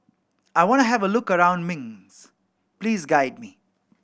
I want to have a look around Minsk please guide me